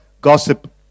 gossip